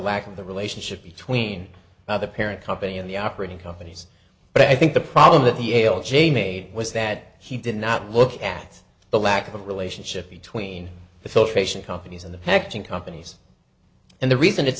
lack of the relationship between the other parent company and the operating companies but i think the problem that the ail jay made was that he did not look at the lack of relationship between the filtration companies and the pectin companies and the reason it's